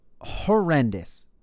horrendous